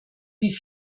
wie